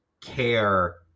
care